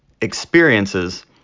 experiences –